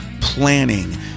planning